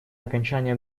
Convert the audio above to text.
окончание